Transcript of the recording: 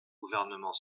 gouvernement